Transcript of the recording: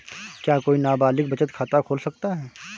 क्या कोई नाबालिग बचत खाता खोल सकता है?